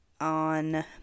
on